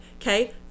Okay